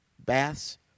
baths